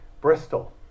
Bristol